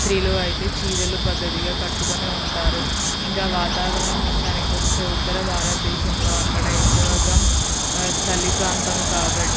స్త్రీలు అయితే చీరలు పద్ధతిగా కట్టుకుని ఉంటారు ఇంక వాతావరణం విషయానికి వస్తే ఉత్తర భారత దేశంలో అక్కడ ఎక్కువగా చలి ప్రాంతము కాబట్టి